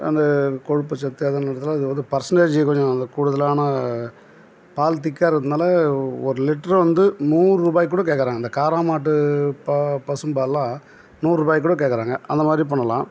அந்த கொழுப்புச்சத்து அது மாதிரி இதெலாம் இது வந்து பர்சன்டேஜு கொஞ்சம் அந்த கூடுதலான பால் திக்கா இருக்கறனால ஒரு லிட்ரு வந்து நூற்ருபாக்கு கூட கேட்குறாங்க அந்த காரா மாட்டு ப பசும்பால்லாம் நூற்ருபாய்க்கு கூட கேட்குறாங்க அந்த மாதிரி பண்ணலாம்